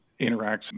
interacts